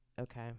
Okay